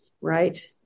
right